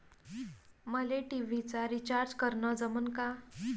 मले टी.व्ही चा रिचार्ज करन जमन का?